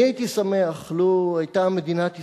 הייתי שמח לו היתה מדינת ישראל,